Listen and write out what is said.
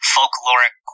Folkloric